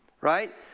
Right